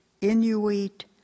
Inuit